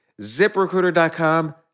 ZipRecruiter.com